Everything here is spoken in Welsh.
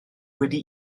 wedi